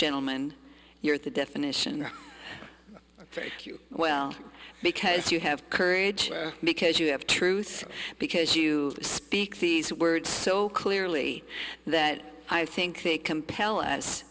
gentleman your definition are very well because you have courage because you have truth because you speak these words so clearly that i think they compel as